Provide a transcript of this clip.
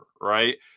right